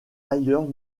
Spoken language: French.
ailleurs